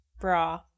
Bra